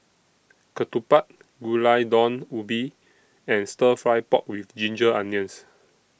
Ketupat Gulai Daun Ubi and Stir Fry Pork with Ginger Onions